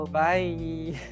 bye